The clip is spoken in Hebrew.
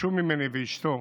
ביקשו ממני, ואשתו,